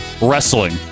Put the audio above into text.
wrestling